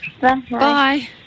Bye